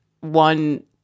one